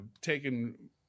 taken